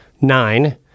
Nine